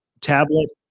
tablet